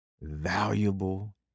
Valuable